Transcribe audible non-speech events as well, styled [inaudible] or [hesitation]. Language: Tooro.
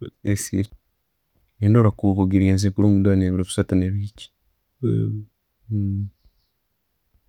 [hesitation] Nendora kuba ogilinzire kurungi ndora ne'biro bisatu ne'bikya. [hesitation]